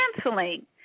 canceling